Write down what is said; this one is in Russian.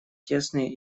тесные